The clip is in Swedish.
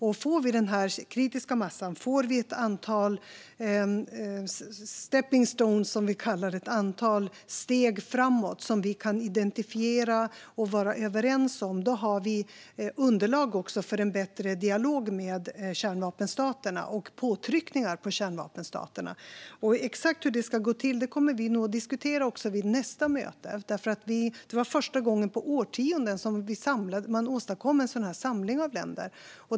Får vi denna kritiska massa och ett antal stepping stones, som vi kallar det - steg framåt som vi kan identifiera och vara överens om - har vi underlag för en bättre dialog med kärnvapenstaterna och påtryckningar på dem. Exakt hur detta ska gå till kommer vi nog att diskutera vid nästa möte. Det var första gången på årtionden som man åstadkom en sådan samling av länder.